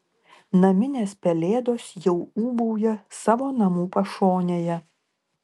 naminės pelėdos jau ūbauja savo namų pašonėje